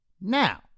Now